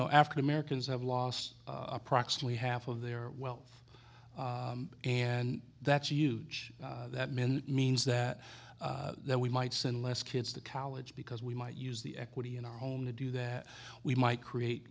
know african americans have lost approximately half of their wealth and that's a huge that men means that we might send less kids to college because we might use the equity in our home to do that we might create